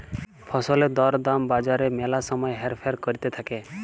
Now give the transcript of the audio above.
ফসলের দর দাম বাজারে ম্যালা সময় হেরফের ক্যরতে থাক্যে